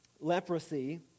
leprosy